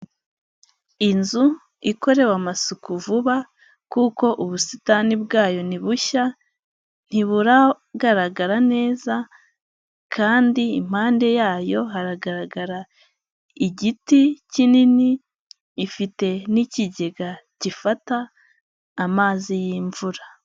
Inzu ikorewe amasuku vuba, kuko ubusitani bwayo ni bushya, ntiburagaragara neza kandi impande yayo haragaragara igiti kinini, ifite n'ikigega gifata amazi y'imvura.